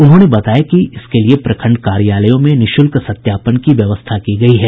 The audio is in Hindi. उन्होंने बताया कि इसके लिए प्रखंड कार्यालयों में निःशुल्क सत्यापन की व्यवस्था की गयी है